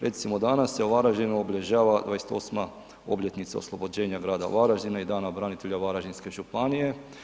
Recimo danas se u Varaždinu obilježava 28. obljetnica oslobođenja grada Varaždina i Dana branitelja Varaždinske županije.